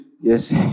Yes